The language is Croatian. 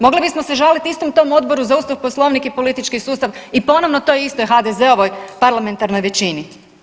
Mogli bismo se žaliti istom tom Odboru za Ustav, Poslovnik i politički sustav i ponovno toj istoj HDZ-ovoj parlamentarnoj većini.